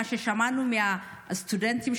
ממה ששמענו מהסטודנטים,